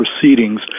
proceedings